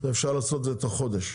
אפשר לעשות את זה תוך חודש.